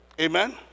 amen